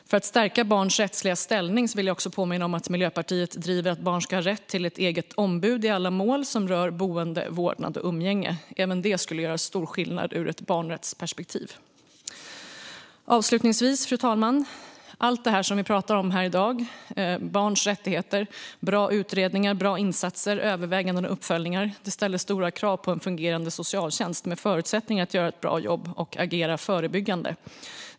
För att stärka barns rättsliga ställning vill jag också påminna om att Miljöpartiet driver att barn ska ha rätt till ett eget ombud i alla mål som rör boende, vårdnad och umgänge. Även det skulle göra stor skillnad ur ett barnrättsperspektiv. Fru talman! Avslutningsvis: Allt det som vi pratar om här i dag - barns rättigheter, bra utredningar, bra insatser, överväganden och uppföljningar - ställer stora krav på en fungerande socialtjänst med förutsättningar att göra ett bra jobb och agera förebyggande.